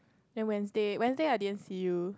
then Wednesday Wednesday I didn't see you